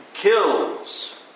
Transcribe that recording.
kills